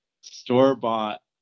store-bought